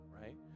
right